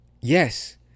yes